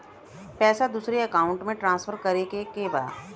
पैसा दूसरे अकाउंट में ट्रांसफर करें के बा?